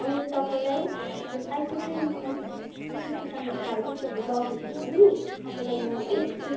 अनि तपाईँलाई यो सयपत्री मखमली चुतुचाङ्गे हाइब्रिडहरू लग्यो भने पनि तपाईँलाई म एक रुप्पे